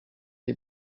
die